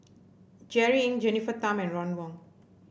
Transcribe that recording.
Jerry Ng Jennifer Tham and Ron Wong